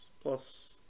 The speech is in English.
plus